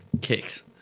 kicks